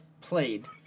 played